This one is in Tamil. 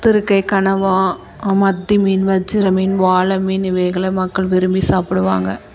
திருக்கை கனவா மத்தி மீன் வஞ்சிர மீன் வாலை மீன் இவைகள மக்கள் விரும்பி சாப்பிடுவாங்க